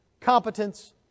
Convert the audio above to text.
competence